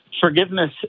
Forgiveness